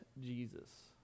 Jesus